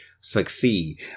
succeed